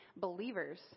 believers